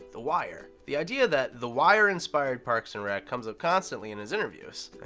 the wire. the idea that the wire inspired parks and rec comes up constantly in his interviews.